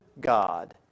God